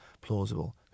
plausible